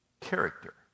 Character